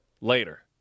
later